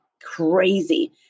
crazy